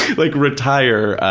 like retire.